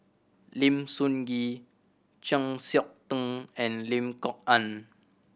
Lim Sun Gee Chng Seok Tin and Lim Kok Ann